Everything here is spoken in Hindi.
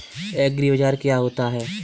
एग्रीबाजार क्या होता है?